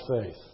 faith